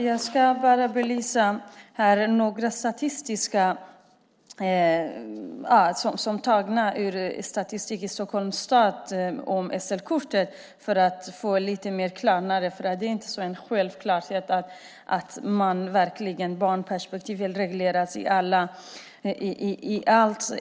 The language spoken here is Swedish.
Herr talman! Låt mig belysa några statistiska uppgifter från Stockholms stad vad gäller SL-kortet för att få lite klarhet i detta. Det är inte självklart att barnperspektivet verkligen alltid tas hänsyn till.